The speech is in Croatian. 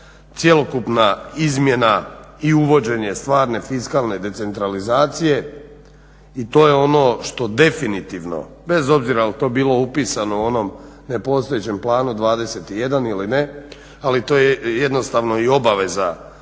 cjelokupna izmjena i uvođenje stvarne fiskalne decentralizacije i to je ono što definitivno bez obzir jel' to bilo upisano u onom nepostojećem Planu 21 ili ne, ali to je jednostavno i obaveza